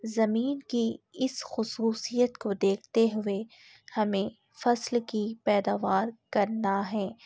زمین کی اس خصوصیت کو دیکھتے ہوئے ہمیں فصل کی پیداوار کرنا ہے